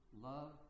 love